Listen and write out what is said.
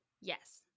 yes